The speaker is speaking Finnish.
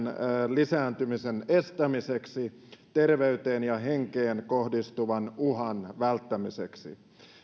lisääntymisen estämiseksi terveyteen ja henkeen kohdistuvan uhan välttämiseksi